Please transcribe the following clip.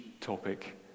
topic